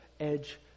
edge